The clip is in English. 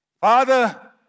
Father